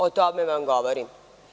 O tome vam govorim.